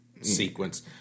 sequence